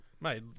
mate